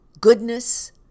goodness